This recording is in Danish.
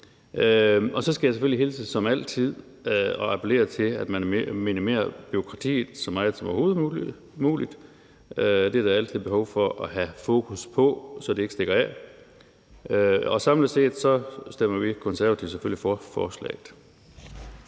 Og så skal jeg selvfølgelig hilse og sige, at Konservative som altid appellerer til, at man minimerer bureaukratiet så meget som overhovedet muligt. Det er der altid behov for at have fokus på, så det ikke stikker af. Samlet set stemmer vi Konservative selvfølgelig for forslaget.